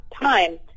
time